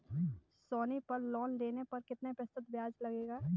सोनी पल लोन लेने पर कितने प्रतिशत ब्याज लगेगा?